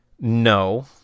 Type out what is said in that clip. No